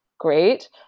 great